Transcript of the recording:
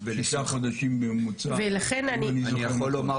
שישה חודשים בממוצע אם אני זוכר